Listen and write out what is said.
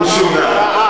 משום מה.